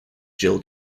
jill